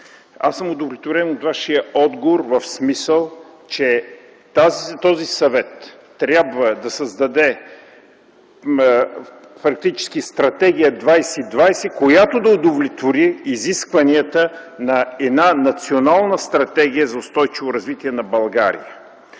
аз съм удовлетворен от Вашия отговор в смисъл, че този съвет трябва да създаде практически Стратегия 2020, която да удовлетвори изискванията на една Национална стратегия за устойчиво развитие на България.